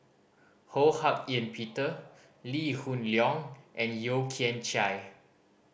Ho Hak Ean Peter Lee Hoon Leong and Yeo Kian Chai